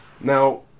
Now